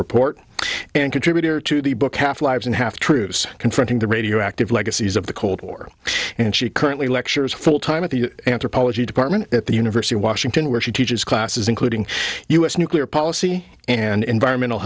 report and contributor to the book half lives and have troops confronting the radioactive legacies of the cold war and she currently lectures full time at the anthropology department at the university of washington where she teaches classes including u s nuclear policy and environmental